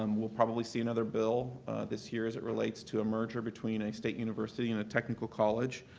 um we'll probably see another bill this year as it relates to a merger between a state university and a technical college.